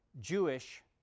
Jewish